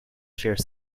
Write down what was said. share